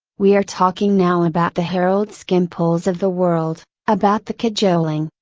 we are talking now about the harold skimpoles of the world, about the cajoling,